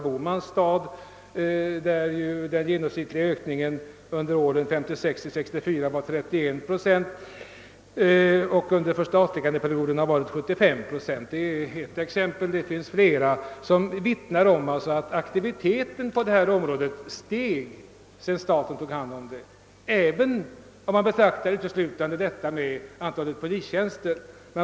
I herr Bohmans stad var den genomsnittliga ökningen 31 procent under perioden 1956—1964, men efter förstatligandet har ökningen varit 75 procent. Det finns flera sådana exempel som vittnar om att aktiviteten på detta område stigit sedan staten tog hand om polisväsendet, även om vi uteslutande räknar antalet polistjänster.